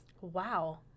Wow